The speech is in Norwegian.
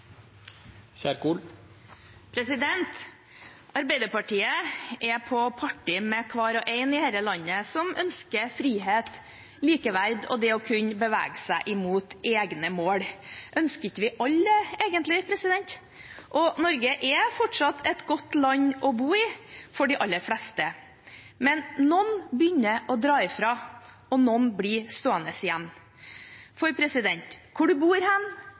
omme. Arbeiderpartiet er på parti med alle her i landet som ønsker frihet, likeverd og det å kunne bevege seg mot egne mål. Ønsker ikke alle det egentlig? Norge er fortsatt et godt land å bo i for de aller fleste, men noen begynner å dra fra, og noen blir stående igjen. For hvor du bor,